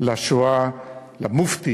לשואה על המופתי